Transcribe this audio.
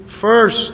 first